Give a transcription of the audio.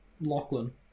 Lachlan